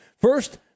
First